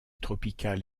tropicale